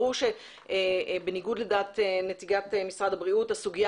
ברור שבניגוד לדעת נציגת משרד הבריאות הסוגיה